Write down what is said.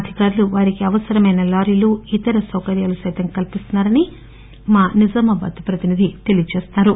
అధికారులు వారికి అవసరమైన లారీలు ఇతర సౌకర్యాలు సైతం కల్పిస్తున్నా రని మా నిజామాబాద్ ప్రతినిధి తెలియజేస్తున్నా రు